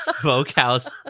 Smokehouse